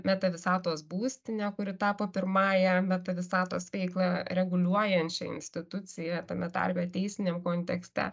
meta visatos būstinę kuri tapo pirmąja meta visatos veiklą reguliuojančia institucija tame tarpe teisiniam kontekste